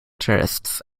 tourists